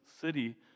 city